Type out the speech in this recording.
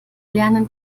lernen